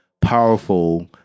powerful